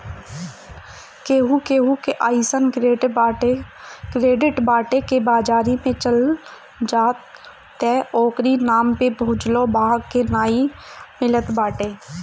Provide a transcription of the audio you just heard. केहू केहू के अइसन क्रेडिट बाटे की बाजारी में चल जा त ओकरी नाम पे भुजलो भांग नाइ मिलत बाटे